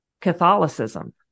Catholicism